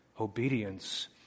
obedience